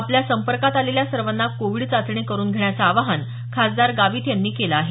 आपल्या संपर्कात आलेल्या सर्वांना कोविड चाचणी करून घेण्याचं आवाहन खासदार गावीत यांनी केलं आहे